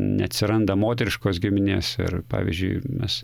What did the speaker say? neatsiranda moteriškos giminės ir pavyzdžiui mes